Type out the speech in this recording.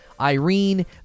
Irene